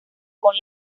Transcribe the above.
con